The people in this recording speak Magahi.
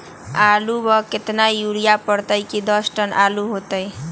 आलु म केतना यूरिया परतई की दस टन आलु होतई?